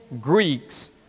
Greeks